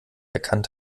erkannt